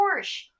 Porsche